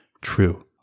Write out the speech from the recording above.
True